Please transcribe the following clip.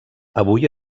avui